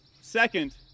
Second